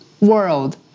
world